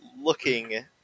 looking